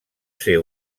ser